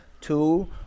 two